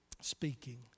Speaking